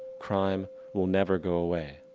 crime will never go away.